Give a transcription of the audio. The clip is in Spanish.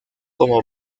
como